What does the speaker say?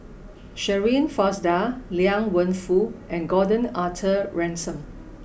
Shirin Fozdar Liang Wenfu and Gordon Arthur Ransome